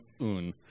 un